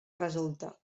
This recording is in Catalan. resulta